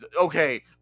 Okay